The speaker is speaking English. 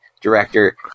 director